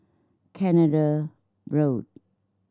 Canada Road